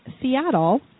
Seattle